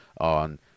on